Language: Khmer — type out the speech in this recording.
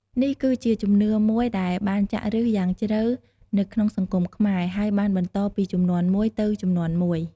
នេះគឺជាជំនឿមួយដែលបានចាក់ឫសយ៉ាងជ្រៅនៅក្នុងសង្គមខ្មែរ ហើយបានបន្តពីជំនាន់មួយទៅជំនាន់មួយ។